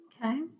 Okay